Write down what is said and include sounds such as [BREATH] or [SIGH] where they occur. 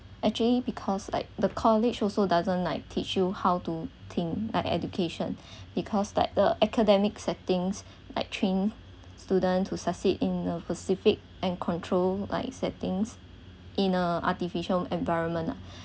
actually because like the college also doesn't like teach you how to think like education [BREATH] because like the academic settings like train student to succeed in the pacific and control like settings in a artificial environment ah